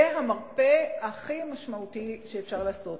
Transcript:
זה המרפא הכי משמעותי שאפשר לעשות.